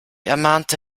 ermahnte